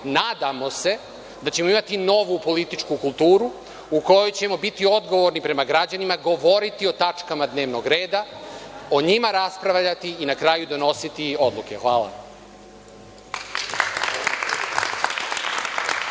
Nadamo se da ćemo imati novu političku kulturu u kojoj ćemo biti odgovorni prema građanima, govoriti o tačkama dnevnog reda, o njima raspravljati i na kraju donositi odluke. Hvala.